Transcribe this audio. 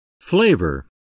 Flavor